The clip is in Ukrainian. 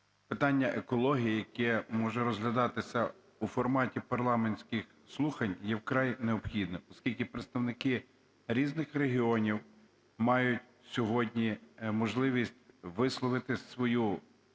питання екології, яке може розглядатися у форматі парламентських слухань, є вкрай необхідним, оскільки представники різних регіонів мають сьогодні можливість висловити свою